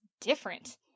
different